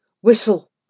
whistle